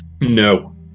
No